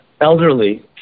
elderly